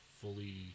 fully